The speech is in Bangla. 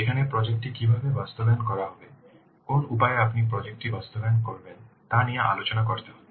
এখানে প্রজেক্ট টি কীভাবে বাস্তবায়ন করা হবে কোন উপায়ে আপনি প্রজেক্ট টি বাস্তবায়ন করবেন তা নিয়ে আলোচনা করতে হবে